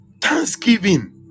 thanksgiving